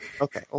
Okay